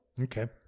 Okay